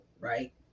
right